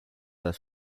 das